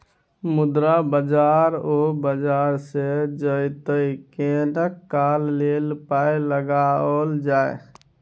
मुद्रा बाजार ओ बाजार छै जतय कनेक काल लेल पाय लगाओल जाय